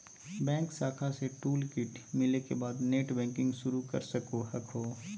bank शाखा से toolkit मिले के बाद नेटबैंकिंग शुरू कर सको हखो